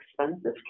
expensive